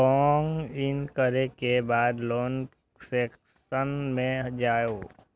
log in करै के बाद लोन सेक्शन मे जाउ